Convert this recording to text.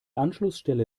anschlussstelle